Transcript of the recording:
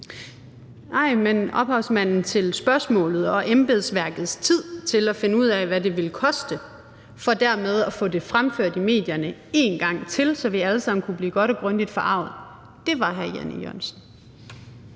Nej, men ophavsmanden til spørgsmålet og embedsværkets tid til at finde ud af, hvad det ville koste, for dermed at få det fremført i medierne en gang til, så vi alle sammen kunne blive godt og grundigt forarget, var hr. Jan E. Jørgensen.